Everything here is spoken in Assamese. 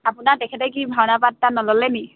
আপোনাৰ তেখেতে কি ভাওনা পাৰ্ট এটা নল'লে নি